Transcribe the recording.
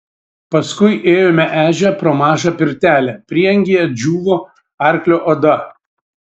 paskui ėjome ežia pro mažą pirtelę prieangyje džiūvo arklio oda